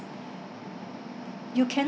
you cannot